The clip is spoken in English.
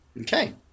Okay